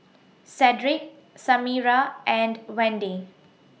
Cedric Samira and Wende